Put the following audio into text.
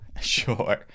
Sure